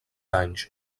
anys